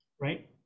right